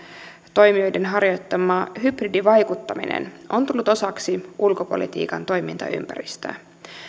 toimijoiden harjoittama hybridivaikuttaminen on tullut osaksi ulkopolitiikan toimintaympäristöä